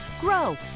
grow